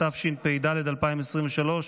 התשפ"ד 2024,